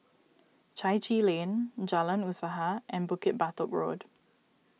Chai Chee Lane Jalan Usaha and Bukit Batok Road